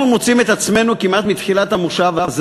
אנחנו מוצאים את עצמנו כמעט מתחילת המושב הזה